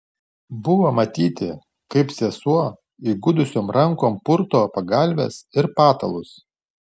buvo matyti kaip sesuo įgudusiom rankom purto pagalves ir patalus